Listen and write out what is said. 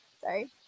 Sorry